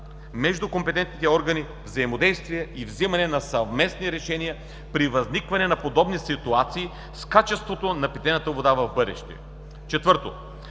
между компетентните органи, взаимодействие и взимане на съвместни решения при възникване на подобни ситуации с качеството на питейната вода в бъдеще; 4.